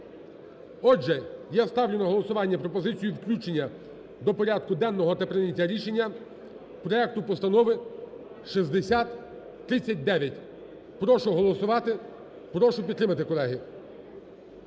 Отже, я ставлю на голосування пропозицію включення до порядку денного та прийняття рішення проекту Постанови 6039. Прошу голосувати. Прошу підтримати, колеги.